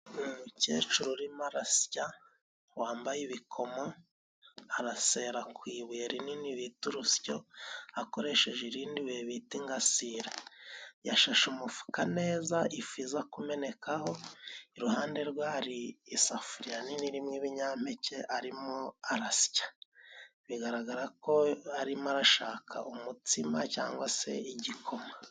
Umukecuru urimo arasya ,wambaye ibikomo arasera ku ibuye rinini bita urusyo akoresheje irindi buye bita ingasire, yashashe umufuka neza ifu iza kumenekaho, iruhande rwe hari isafuriya nini irimo ibinyampeke arimo arasya ,bigaragarako arimo arashaka umutsima cyangwa se igikoma.